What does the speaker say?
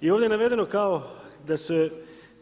I ovdje je navedeno kao da se